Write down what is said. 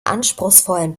anspruchsvollen